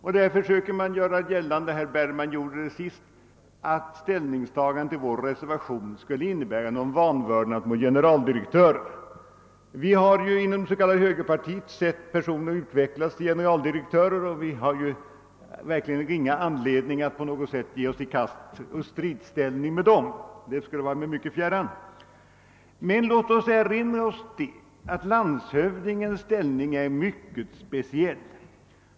Härvidlag försöker man göra gällande — herr Bergman gjorde det sist — att ställningstagandet i vår reservation skulle innebära något slags vanvördnad mot generaldirektörerna. Vi har ju inom det s.k. högerpartiet sett personer utvecklas till generaldirektörer och har verkligen ingen anledning att på något sätt inta stridsställning mot dem. Det skulle vara mig mycket fjärran. Men jag vill erinra om att landshövdingens ställning är mycket speciell.